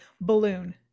Balloon